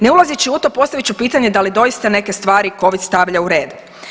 Ne ulazeći u to, postavit ću pitanje da li doista neke stvari COVID stavlja u red?